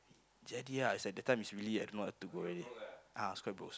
jadi ah is like that time is really I don't know what to go already ah I was quite broke also